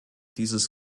dieses